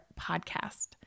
podcast